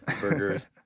burgers